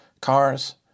cars